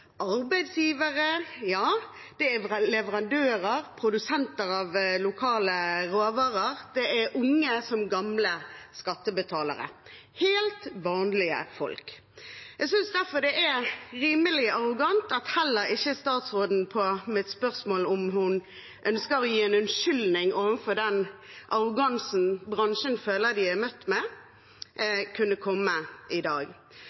leverandører, produsenter av lokale råvarer, unge som gamle skattebetalere – helt vanlige folk. Jeg synes derfor det er rimelig arrogant at heller ikke statsråden på mitt spørsmål om hun ønsker å gi en unnskyldning overfor den arrogansen bransjen føler de er møtt med, kunne komme med den i dag.